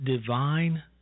divine